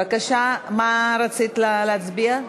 בבקשה, מה רצית להצביע?